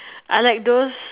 I like those